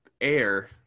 air